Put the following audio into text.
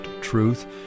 truth